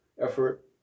effort